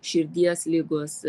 širdies ligos